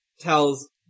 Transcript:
tells